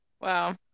Wow